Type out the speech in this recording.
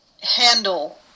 handle